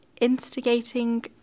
instigating